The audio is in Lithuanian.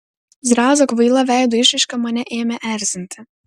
zrazo kvaila veido išraiška mane ėmė erzinti